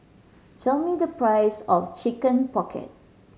tell me the price of Chicken Pocket